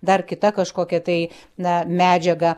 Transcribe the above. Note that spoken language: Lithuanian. dar kita kažkokią tai na medžiaga